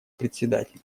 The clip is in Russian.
председателя